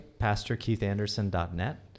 PastorKeithAnderson.net